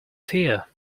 fear